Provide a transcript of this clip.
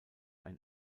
ein